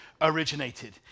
originated